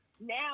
now